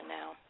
now